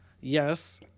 yes